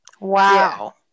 Wow